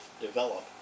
develop